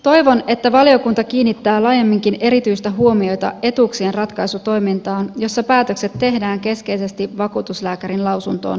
toivon että valiokunta kiinnittää laajemminkin erityistä huomiota etuuksien ratkaisutoimintaan jossa päätökset tehdään keskeisesti vakuutuslääkärin lausuntoon nojautuen